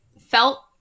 felt